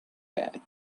bed